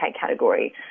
category